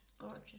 gorgeous